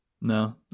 no